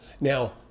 Now